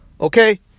Okay